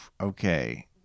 Okay